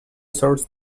source